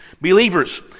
believers